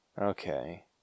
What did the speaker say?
Okay